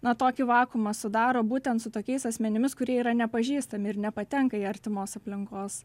na tokį vakuumą sudaro būtent su tokiais asmenimis kurie yra nepažįstami ir nepatenka į artimos aplinkos